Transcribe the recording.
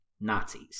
Nazis